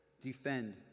Defend